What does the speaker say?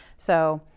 so,